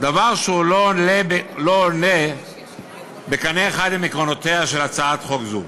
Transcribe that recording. דבר שאינו עולה בקנה אחד עם עקרונותיה של הצעת חוק זו.